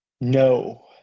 No